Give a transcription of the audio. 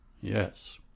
yes